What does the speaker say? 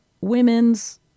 women's